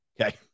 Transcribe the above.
Okay